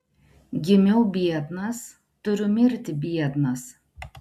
gimiau biednas turiu mirti biednas